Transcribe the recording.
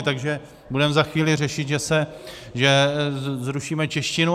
Takže budeme za chvíli řešit, že zrušíme češtinu?